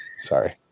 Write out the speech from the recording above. Sorry